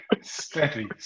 steady